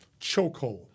Chokehold